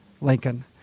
Lincoln